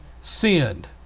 sinned